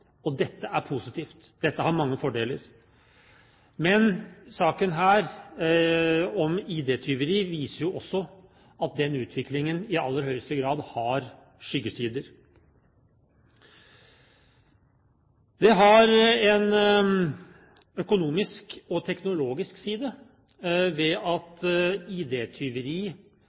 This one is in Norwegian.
dag. Dette er positivt. Dette har mange fordeler. Men saken her om ID-tyveri viser jo også at den utviklingen i aller høyeste grad har skyggesider. Den har en økonomisk og teknologisk side ved at